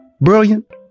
brilliant